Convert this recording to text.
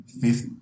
fifth